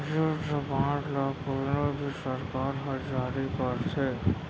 युद्ध बांड ल कोनो भी सरकार ह जारी करथे